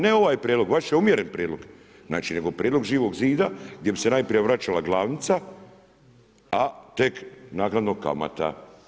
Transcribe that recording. Ne ovaj prijedlog, vaš je umjeren prijedlog, nego prijedlog Živog zida gdje bi se najprije vraćala glavnica, a tek naknadno kamata.